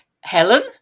Helen